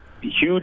huge